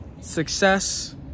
success